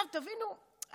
תבינו,